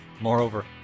moreover